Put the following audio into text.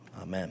amen